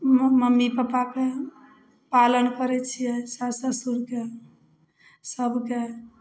mummy पप्पाके पालन करै छियै सासु सासुरके सबके